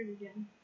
again